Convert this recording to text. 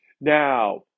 Now